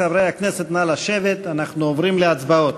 חברי הכנסת, נא לשבת, אנחנו עוברים להצבעות.